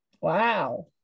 Wow